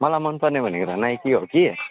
मलाई मनपर्ने भनेको त नाइकी हो कि